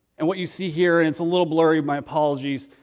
and what you see here, and it's a little blurry, my apologies,